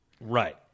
right